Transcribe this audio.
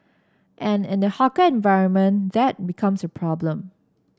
and in the hawker environment that becomes a problem